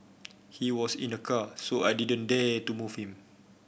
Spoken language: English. he was in a car so I didn't dare to move him